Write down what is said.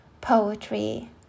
poetry